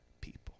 people